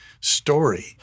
story